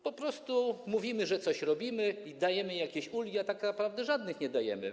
Po prostu mówimy, że coś robimy, dajemy jakieś ulgi, a tak naprawdę żadnych ulg nie dajemy.